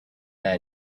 that